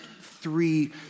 three